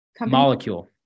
Molecule